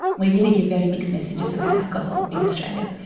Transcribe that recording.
we really give very mixed messages about alcohol in australia.